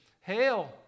Hail